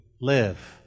live